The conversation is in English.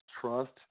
trust